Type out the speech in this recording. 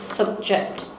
subject